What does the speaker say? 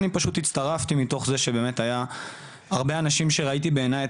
אני פשוט הצטרפתי מתוך זה שבאמת ראיתי בעיניי את